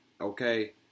Okay